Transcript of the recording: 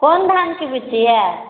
कोन धानके बिज्जी हय